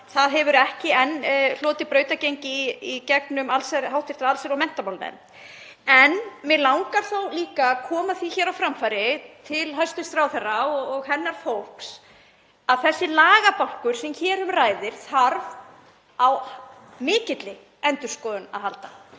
hefur ekki enn hlotið brautargengi hjá hv. allsherjar- og menntamálanefnd. En mig langar líka að koma því hér á framfæri til hæstv. ráðherra og hennar fólks að þessi lagabálkur sem hér um ræðir þarf á mikilli endurskoðun að halda